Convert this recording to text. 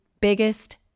biggest